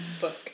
Book